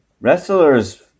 wrestlers